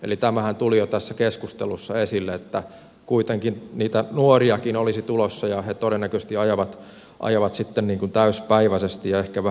eli tämähän tuli jo tässä keskustelussa esille että kuitenkin niitä nuoriakin olisi tulossa ja he todennäköisesti ajavat sitten täyspäiväisesti ja ehkä vähän ylitöitäkin enemmän